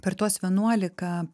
per tuos vienuolika